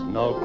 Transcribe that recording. no